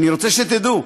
אני רוצה שתדעו,